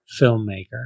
filmmaker